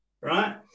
right